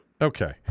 Okay